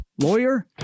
Lawyer